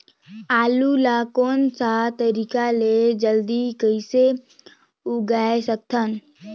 आलू ला कोन सा तरीका ले जल्दी कइसे उगाय सकथन?